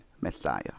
Messiah